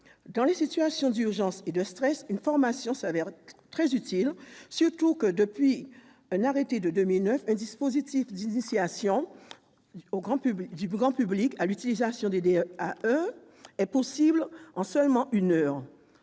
dans les situations d'urgence et de stress, une formation s'avère très utile, surtout que, depuis un arrêté de 2009, un dispositif d'initiation du grand public à l'utilisation des DAE est possible en seulement une heure.